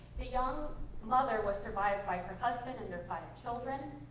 the young mother was survived by her husband and their five children.